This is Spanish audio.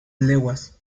leguas